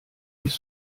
ich